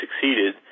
succeeded